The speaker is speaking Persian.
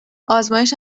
آزمایش